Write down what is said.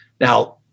Now